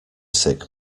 sick